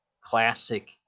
classic